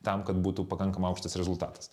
tam kad būtų pakankamai aukštas rezultatas